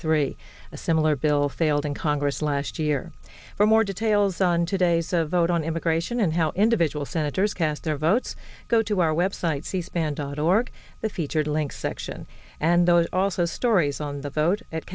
three a similar bill failed in congress last year for more details on today's a vote on immigration and how individual senators cast their votes go to our web site cspan dot org the featured links section and those are also stories on the vote at